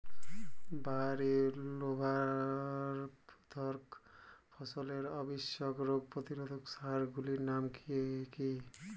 বাহারী শোভাবর্ধক ফসলের আবশ্যিক রোগ প্রতিরোধক সার গুলির নাম কি কি?